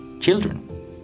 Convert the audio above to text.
children